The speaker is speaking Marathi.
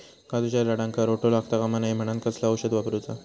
काजूच्या झाडांका रोटो लागता कमा नये म्हनान कसला औषध वापरूचा?